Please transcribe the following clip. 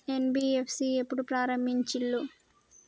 NBFC ఎప్పుడు ప్రారంభించిల్లు?